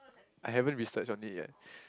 I haven't researched on it yet